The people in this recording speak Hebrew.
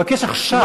אני מבקש עכשיו,